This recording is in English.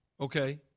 okay